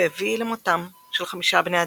והביא למותם של 5 בני אדם.